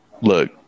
look